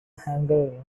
hungary